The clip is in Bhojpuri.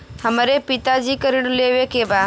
हमरे पिता जी के ऋण लेवे के बा?